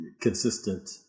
consistent